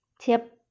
Tip